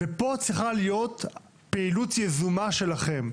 פה את צריכה להיות פעילות יזומה שלכם,